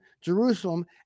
Jerusalem